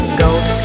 gold